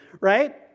right